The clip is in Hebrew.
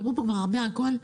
דיברו פה כבר הרבה על הכול.